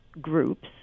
groups